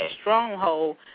stronghold